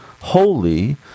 holy